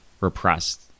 repressed